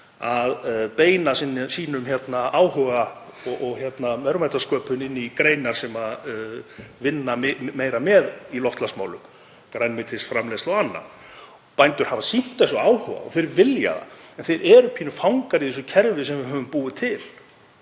að beina áhuga sínum og verðmætasköpun inn í greinar sem vinna meira með í loftslagsmálum, grænmetisframleiðslu og annað. Bændur hafa sýnt þessu áhuga og þeir vilja gera vel en þeir eru að vissu leyti fangar í þessu kerfi sem við höfum búið til.